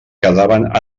quedaven